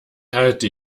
halte